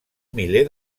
miler